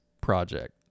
project